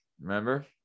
Remember